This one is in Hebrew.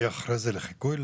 אחרי כן הוא יהי המודל לחיקוי?